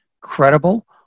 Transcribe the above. credible